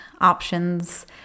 options